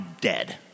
dead